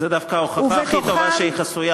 זו דווקא ההוכחה הכי טובה שהיא חסויה,